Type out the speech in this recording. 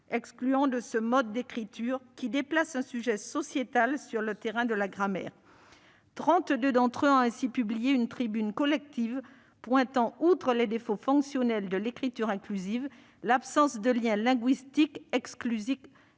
excluant » de ce mode d'écriture, qui déplace un sujet sociétal sur le terrain de la grammaire. Trente-deux d'entre eux ont ainsi publié une tribune collective pointant « outre les défauts fonctionnels » de l'écriture inclusive, l'absence de lien linguistique exclusif